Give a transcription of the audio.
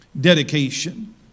dedication